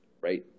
right